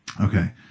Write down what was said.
Okay